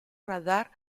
radar